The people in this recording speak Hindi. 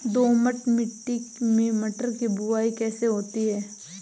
दोमट मिट्टी में मटर की बुवाई कैसे होती है?